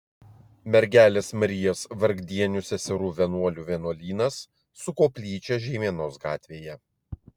mergelės marijos vargdienių seserų vienuolių vienuolynas su koplyčia žeimenos gatvėje